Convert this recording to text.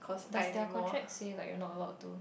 does their contract say like you're not allowed to